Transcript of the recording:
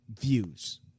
Views